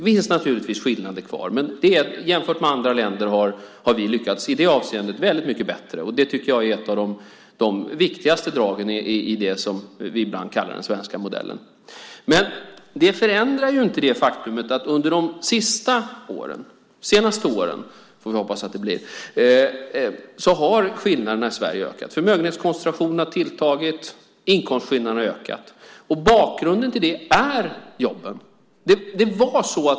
Det finns naturligtvis skillnader kvar, men jämfört med andra länder har vi i det avseendet lyckats väldigt mycket bättre. Det tycker jag är ett av de viktigaste dragen i det som vi ibland kallar den svenska modellen. Det förändrar ju inte det faktum att under de senaste åren har skillnaderna i Sverige ökat. Förmögenhetskoncentrationen har tilltagit och inkomstskillnaderna har ökat. Bakgrunden till det är jobben.